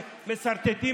שטרית,